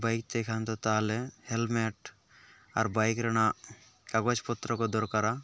ᱵᱟᱹᱭᱤᱠ ᱛᱮᱠᱷᱟᱱ ᱫᱚ ᱛᱟᱦᱚᱞᱮ ᱦᱮᱞᱢᱮᱴ ᱟᱨ ᱵᱟᱹᱭᱤᱠ ᱨᱮᱱᱟᱜ ᱠᱟᱜᱚᱡᱽ ᱯᱚᱛᱨᱚ ᱠᱚ ᱫᱚᱨᱠᱟᱨᱟ